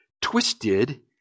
twisted